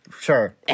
Sure